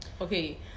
Okay